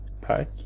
pack